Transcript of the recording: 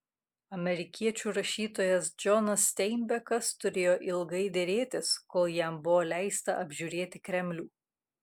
amerikiečių rašytojas džonas steinbekas turėjo ilgai derėtis kol jam buvo leista apžiūrėti kremlių